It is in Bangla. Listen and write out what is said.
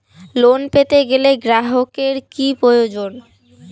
লোন পেতে গেলে গ্রাহকের কি প্রয়োজন?